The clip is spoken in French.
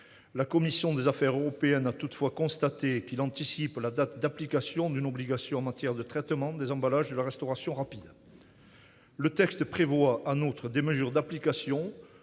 La commission des affaires européennes a toutefois constaté que ce texte anticipe la date d'application d'une obligation en matière de traitement des emballages de la restauration rapide. Le texte prévoit en outre des mesures d'application